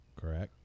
Correct